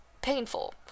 painful